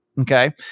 Okay